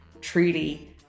truly